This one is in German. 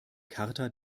charta